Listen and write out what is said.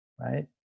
right